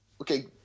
okay